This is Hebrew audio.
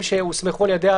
יש לנו אינטרס,